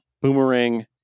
Boomerang